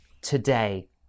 today